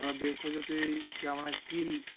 آ بیٚیہِ تھٲوزیٚو تُہۍ کیٛاہ ونان کِلۍ